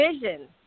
vision